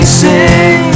sing